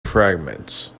fragments